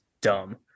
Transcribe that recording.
dumb